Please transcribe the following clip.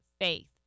faith